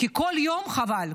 כי כל יום, חבל.